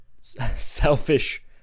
selfish